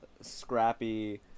scrappy